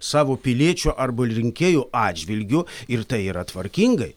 savo piliečių arba rinkėjų atžvilgiu ir tai yra tvarkingai